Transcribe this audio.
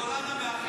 יאיר גולן המאחד.